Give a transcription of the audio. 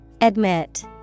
Admit